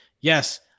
Yes